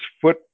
foot